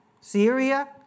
Syria